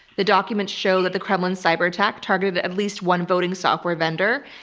the documents show that the kremlin cyber-attack targeted at least one voting software vendor,